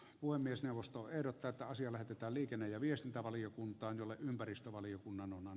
puhemiesneuvosto ehdottaa että asia lähetetään liikenne ja viestintävaliokuntaanolle ympäristövaliokunnan on